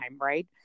right